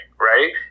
right